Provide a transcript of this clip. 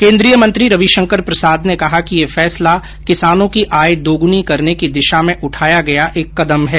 केन्द्रीय मंत्री रविशंकर प्रसाद ने कहा कि यह फैसला किसानों की आय दोगुनी करने की दिशा में उठाया गया एक कदम है